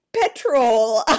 petrol